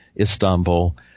Istanbul